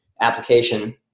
application